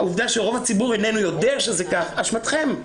והעובדה שרוב הציבור איננו יודע על כך - זו אשמתכם.